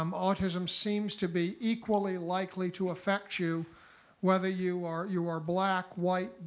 um autism seems to be equally likely to affect you whether you are you are black, white,